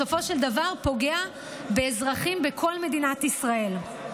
בסופו של דבר פוגע באזרחים בכל מדינת ישראל.